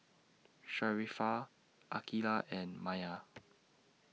Sharifah Aqilah and Maya